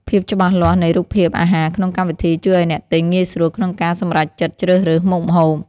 ភាពច្បាស់លាស់នៃរូបភាពអាហារក្នុងកម្មវិធីជួយឱ្យអ្នកទិញងាយស្រួលក្នុងការសម្រេចចិត្តជ្រើសរើសមុខម្ហូប។